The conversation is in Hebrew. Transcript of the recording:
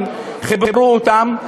חיברו אותם,